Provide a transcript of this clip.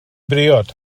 briod